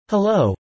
Hello